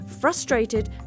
frustrated